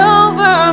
over